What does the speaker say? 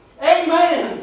Amen